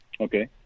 okay